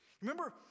Remember